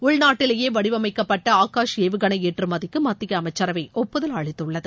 உள்நாட்டிலேயே வடிவமைக்கப்பட்ட ஆகாஷ் ஏவுகணை ஏற்றுமதிக்கு மத்திய அமச்சரவை ஒப்புதல் அளித்துள்ளது